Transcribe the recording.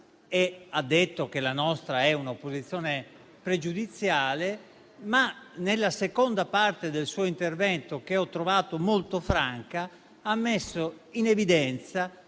e ha detto che la nostra è un'opposizione pregiudiziale. Nella seconda parte del suo intervento, che ho trovato molto franca, ha però messo in evidenza